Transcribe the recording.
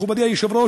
מכובדי היושב-ראש,